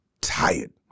tired